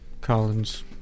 Collins